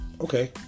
Okay